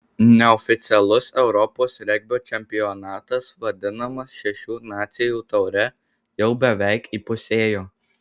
neoficialus europos regbio čempionatas vadinamas šešių nacijų taure jau beveik įpusėjo